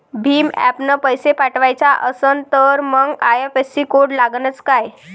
भीम ॲपनं पैसे पाठवायचा असन तर मंग आय.एफ.एस.सी कोड लागनच काय?